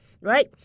right